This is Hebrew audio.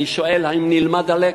אני שואל: האם נלמד הלקח?